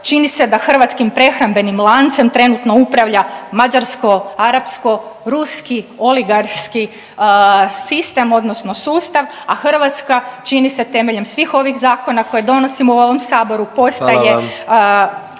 čini se da hrvatskim prehrambenim lancem trenutno upravlja mađarsko-arapsko-ruski oligarski sistem odnosno sustav, a Hrvatska čini se temeljem svih ovih zakona koje donosimo u ovom saboru postaje